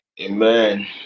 Amen